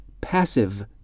passive